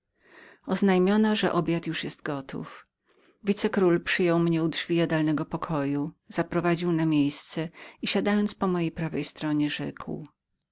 oznajmiono że obiad już był gotów wicekról przyjął mnie u drzwi jadalnego pokoju zaprowadził na moje miejsce i siadając po prawej stronie rzekł